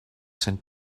sent